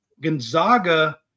Gonzaga